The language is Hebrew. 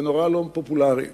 זה נורא לא פופולרי.